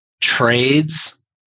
trades